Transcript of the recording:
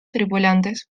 tripulantes